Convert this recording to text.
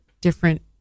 different